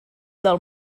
del